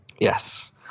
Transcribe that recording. Yes